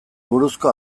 buruzko